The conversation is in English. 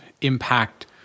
impact